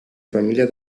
famiglia